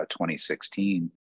2016